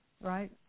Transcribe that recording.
right